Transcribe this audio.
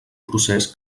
procés